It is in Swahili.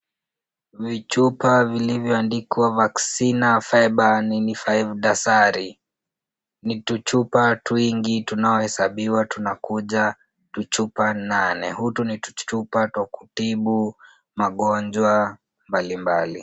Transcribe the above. Vichupa vilivyoandikwa vaccine fibre dasari ni tuchupa twingi tunaohesabiwa tunakuja tuchupa nane. Hutu ni tuchupa twa kutibu magonjwa mbalimbali.